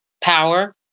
power